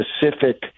specific